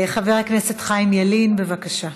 חבר הכנסת חיים ילין, בבקשה.